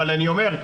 אבל אני אומר,